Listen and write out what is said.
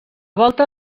volta